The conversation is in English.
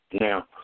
Now